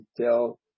Tell